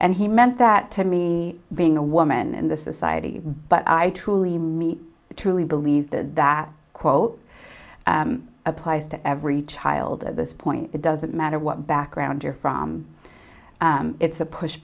and he meant that to me being a woman in the society but i truly mean truly believe that quote applies to every child at this point it doesn't matter what background you're from it's a push